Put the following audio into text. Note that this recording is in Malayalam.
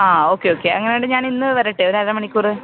ആ ഓക്കെ ഓക്കെ അങ്ങനെ ആണേൽ ഞാൻ ഇന്ന് വരട്ടെ ഒരു അര മണിക്കൂറ്